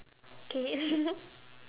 okay